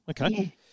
okay